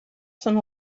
són